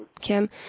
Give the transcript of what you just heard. Kim